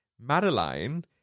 madeline